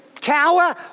tower